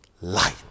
Light